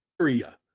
area